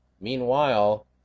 meanwhile